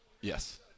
Yes